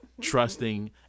trusting